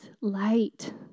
light